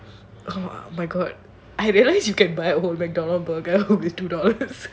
oh my god I realise you can buy all MacDonald burger with two dollars